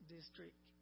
District